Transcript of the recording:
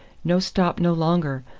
no stop no longer.